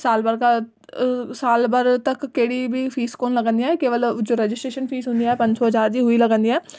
साल भर खां साल भर तक कहिड़ी बि फ़ीस कोन्ह लगंदी आहे केवल रजिस्ट्रेशन फ़ीस हूंदी आहे पंज सौ हज़ार जी हूं ई लगंदी आहे